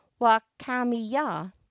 Wakamiya